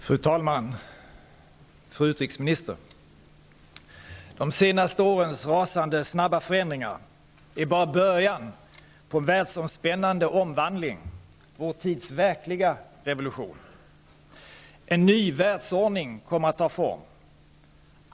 Fru talman! Fru utrikesminister! De senaste årens rasande snabba förändringar är bara början på en världsomspännande omvandling, vår tids verkliga revolution. En ny världsordning kommmer att ta form.